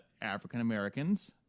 African-Americans